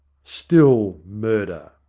still murder.